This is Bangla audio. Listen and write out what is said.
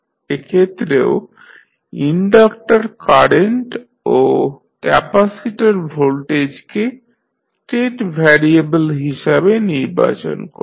এক্ষেত্রেও ইনডাকটর কারেন্ট ও ক্যাপাসিটর ভোল্টেজকে স্টেট ভ্যারিয়েবল হিসাবে নির্বাচন করব